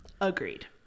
Agreed